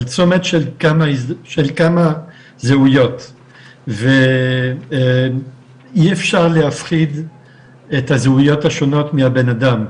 על צומת של כמה זהויות ואי אפשר להפריד את הזהויות השונות מהבן אדם,